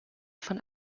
von